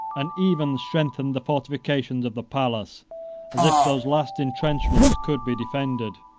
and even strengthened the fortifications of the palace as if those last intrenchments could be defended,